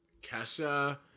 Kesha